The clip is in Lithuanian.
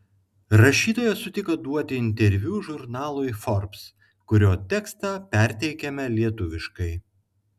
rašytojas sutiko duoti interviu žurnalui forbes kurio tekstą perteikiame lietuviškai